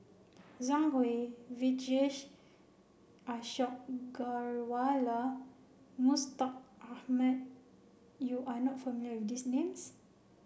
Zhang Hui Vijesh Ashok Ghariwala Mustaq Ahmad you are not familiar with these names